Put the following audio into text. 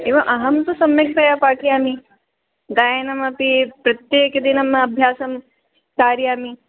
अहम् तु सम्यक्तया पाठयामि गायनमपि प्रत्येकदिनम् अभ्यासं कारयामि